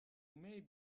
may